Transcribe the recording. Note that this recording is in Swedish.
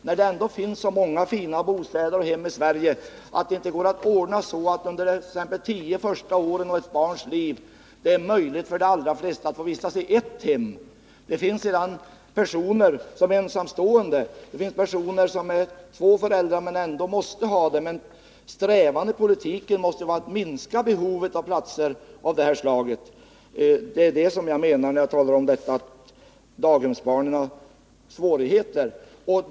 När det finns så många fina bostäder och hem i Sverige är det beklagligt att det inte går att ordna så, att det t.ex. under de tio-tolv första åren i ett barns liv är möjligt för de allra flesta att få vistas i ert hem. Det finns ensamstående föräldrar, det kan gälla även två föräldrar, som måste ha sina barn på daghem, men strävan i politiken måste vara att minska behoven av platser av det slaget. Det är det som jag menar, när jag talar om att daghemsbarnen har svårigheter.